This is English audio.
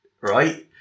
Right